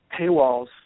paywalls